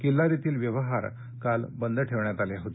किल्लारीतील व्यवहार काल बंद ठेवण्यात आले होते